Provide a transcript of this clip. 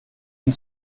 den